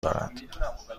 دارد